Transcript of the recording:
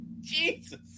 Jesus